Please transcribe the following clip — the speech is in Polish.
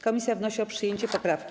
Komisja wnosi o przyjęcie poprawki.